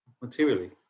materially